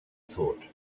thought